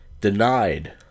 denied